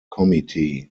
committee